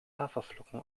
haferflocken